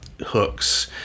hooks